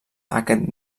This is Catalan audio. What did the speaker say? aquest